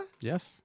Yes